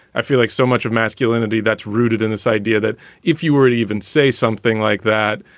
i feel like so much of masculinity that's rooted in this idea that if you were to even say something like that,